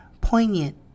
poignant